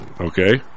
okay